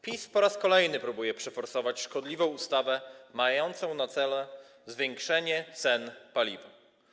PiS po raz kolejny próbuje przeforsować szkodliwą ustawę, mającą na celu zwiększenie cen paliwa.